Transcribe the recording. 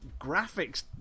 graphics